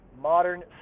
Modern